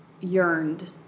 yearned